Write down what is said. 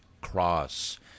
cross